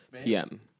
PM